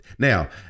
Now